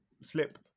slip